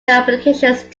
application